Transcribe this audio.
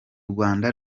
rwanda